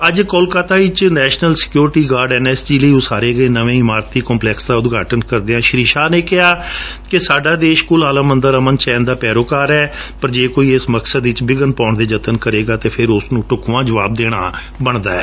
ਅੱਜ ਕਲਕੱਤਾ ਵਿਚ national security guard ਲਈ ਉਸਾਰੇ ਗਏ ਨਵੇਂ ਇਮਾਰਤੀ ਕੰਪਲੈਕਸ ਦਾ ਉਦਘਾਟਨ ਕਰਦਿਆਂ ਸ਼੍ਰੀ ਸ਼ਾਹ ਨੇ ਕਿਹਾ ਕਿ ਸਾਡਾ ਦੇਸ਼ ਕੁਲ ਆਲਮ ਅੰਦਰ ਅਮਨ ਚੈਨ ਦਾ ਪੈਰੋਕਾਰ ਹੈ ਪਰ ਜੇ ਕੋਈ ਇਸ ਮਕਸਦ ਵਿਚ ਬਿਘਨ ਪਾਉਣ ਦੇ ਜਤਨ ਕਰੇਗਾ ਤਾਂ ਫੇਰ ਨੂੰ ਢੁਕਵਾਂ ਜਵਾਬ ਦੇਣਾ ਬਣਦਾ ਹੈ